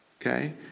okay